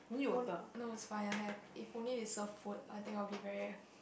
if on~ no it's fine I have if only they serve food I think I'll be very